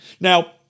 Now